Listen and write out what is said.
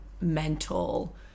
mental